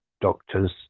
doctor's